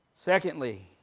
Secondly